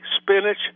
spinach